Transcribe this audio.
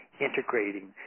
integrating